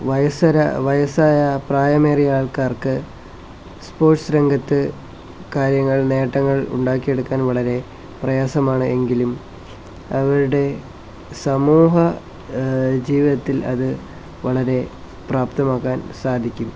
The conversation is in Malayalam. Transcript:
വയസര വയസ്സായ പ്രായമേറിയ ആൾക്കാർക്ക് സ്പോർട്സ് രംഗത്ത് കാര്യങ്ങൾ നേട്ടങ്ങൾ ഉണ്ടാക്കിയെടുക്കാൻ വളരെ പ്രയാസമാണ് എങ്കിലും അവരുടെ സമൂഹ ജീവിതത്തിൽ അതു വളരെ പ്രാപ്തമാക്കാൻ സാധിക്കും